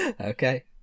Okay